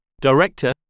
Director